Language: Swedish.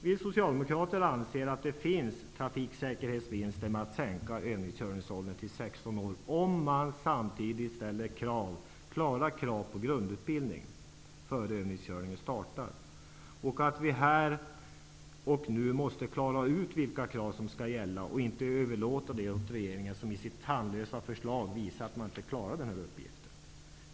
Vi socialdemokrater anser att det finns trafiksäkerhetsvinster att göra genom att sänka övningskörningsåldern till 16 år, om samtidigt klara krav ställs på en grundutbildning innan övningskörningen startar. Dessutom måste vi här och nu klara ut vilka krav som skall gälla. Vi får inte överlåta det åt regeringen, som i sitt tandlösa förslag har visat att man inte klarar den här uppgiften.